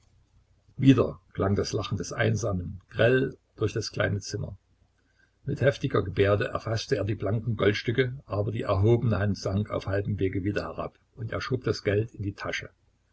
wieder klang das lachen des einsamen grell durch das kleine zimmer mit heftiger gebärde erfaßte er die blanken goldstücke aber die erhobene hand sank auf halbem wege wieder herab und er schob das geld in die tasche